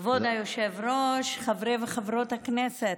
כבוד היושב-ראש, חברי וחברות הכנסת,